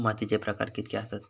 मातीचे प्रकार कितके आसत?